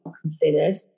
considered